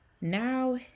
now